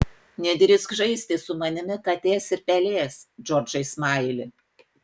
nedrįsk žaisti su manimi katės ir pelės džordžai smaili